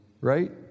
right